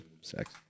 sex